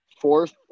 Fourth